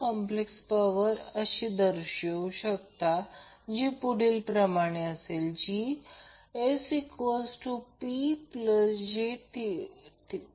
म्हणून P √ 3 VL I L cos आणि Q √ 3 VL I L sin